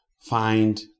find